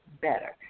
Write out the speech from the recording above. better